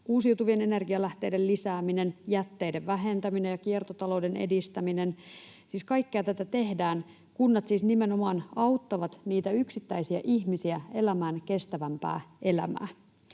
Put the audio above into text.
uusiutuvien energialähteiden lisääminen, jätteiden vähentäminen ja kiertotalouden edistäminen — siis kaikkea tätä tehdään. Kunnat siis nimenomaan auttavat yksittäisiä ihmisiä elämään kestävämpää elämää,